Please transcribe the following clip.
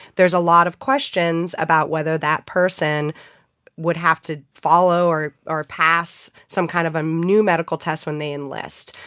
there's a lot of questions about whether that person would have to follow or or pass some kind of a new medical test when they enlist.